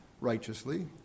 righteously